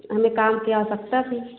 हमें काम की आवश्यकता थी